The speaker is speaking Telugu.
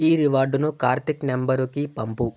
ఈ రివార్డును కార్తిక్ నంబరుకి పంపు